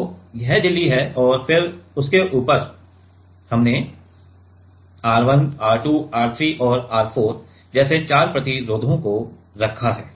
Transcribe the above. तो यह झिल्ली है और फिर उसके ऊपर हमने R 1 R 2 R 3 और R 4 जैसे चार प्रतिरोधों को रखा है